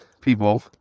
people